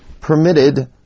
permitted